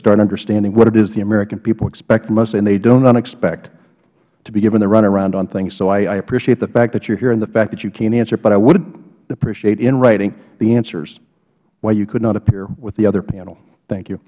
start understanding what it is the american people expect from us and they do not expect to be given the runaround on things so i appreciate the fact that you are here and the fact that you cant answer but i would appreciate in writing the answers to why you could not appear with the other panel thank you